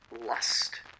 lust